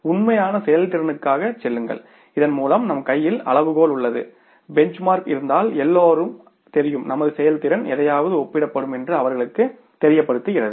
உண்மையான செயல்திறனுக்காகச் செல்லுங்கள் இதன்மூலம் நம் கையில் அளவுகோல் உள்ளது பெஞ்ச்மார்க் இருந்தால் எல்லோருக்கும் தெரியும் நமது செயல்திறன் எதையாவது ஒப்பிடப்படும் என்று அவர்களுக்குத் தெரிவிக்கப்படுகிறது